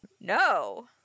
No